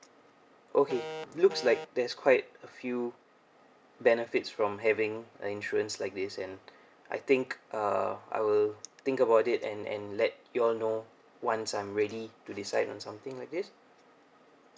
okay looks like there's quite a few benefits from having the insurance like this and I think uh I will think about it and and let you all know once I'm ready to decide on something like this